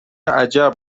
عجب